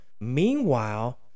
Meanwhile